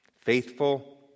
Faithful